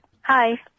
Hi